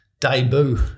debut